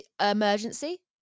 emergency